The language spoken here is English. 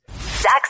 Zach